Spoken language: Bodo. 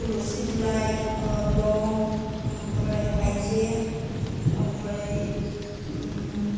तुलुसि बिलाइ लं ओमफ्राय हायजें ओमफ्राय